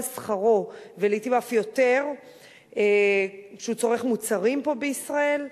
שכרו ולעתים אף יותר כשהוא צורך מוצרים פה בישראל.